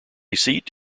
seat